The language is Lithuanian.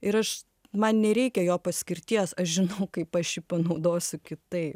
ir aš man nereikia jo paskirties aš žinau kaip aš jį panaudosiu kitaip